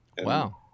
Wow